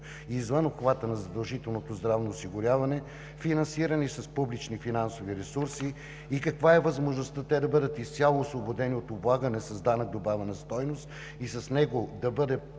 извън обхвата на задължителното здравно осигуряване, финансирани с публични финансови ресурси, и каква е възможността те да бъдат изцяло освободени от облагане с ДДС и с него да бъдат